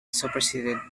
superseded